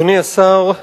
אדוני השר,